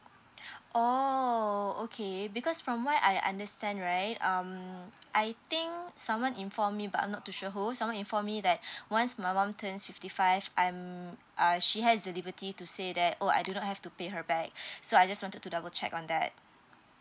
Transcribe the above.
oh okay because from what I understand right um I think someone inform me but I'm not too sure who someone inform me that once my mum turns fifty five I'm uh she has the liberty to say that oh I do not have to pay her back so I just wanted to double check on that